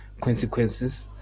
consequences